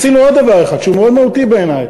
עשינו עוד דבר אחד שהוא מאוד מהותי בעיני,